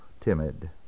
timid